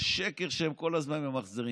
זה שקר שהם כל הזמן ממחזרים,